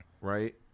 right